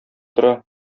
тора